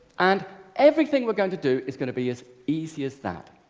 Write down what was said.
and everything we're going to do is gonna be as easy as that.